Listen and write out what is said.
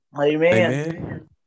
Amen